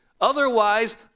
Otherwise